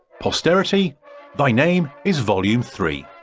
posterity thy name is volume three